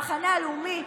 המחנה הלאומי,